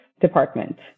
department